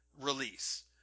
release